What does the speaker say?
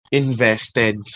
invested